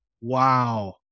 Wow